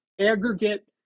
aggregate